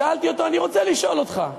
שאלתי אותו: אני רוצה לשאול אותך,